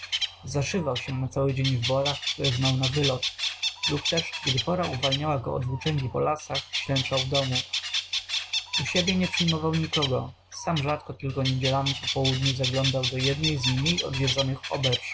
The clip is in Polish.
zaszywał się na cały dzień w borach które znał na wylot lub też gdy pora uwalniała go od włóczęgi po lasach ślęczał w domu u siebie nie przyjmował nikogo sam rzadko tylko niedzielami po południu zaglądając do jednej z mniej odwiedzianych